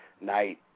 night